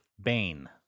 bane